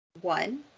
One